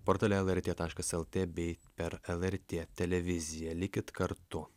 portale lrt taškas lt bei per lrt televiziją likit kartu